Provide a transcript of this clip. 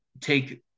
take